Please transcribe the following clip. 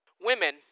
Women